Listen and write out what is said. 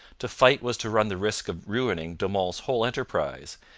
to fight was to run the risk of ruining de monts' whole enterprise,